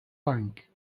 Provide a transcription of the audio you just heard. bank